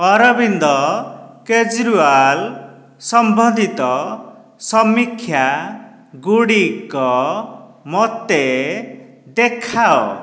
ଅରବିନ୍ଦ କେଜରିୱାଲ ସମ୍ବନ୍ଧିତ ସମୀକ୍ଷା ଗୁଡ଼ିକ ମୋତେ ଦେଖାଅ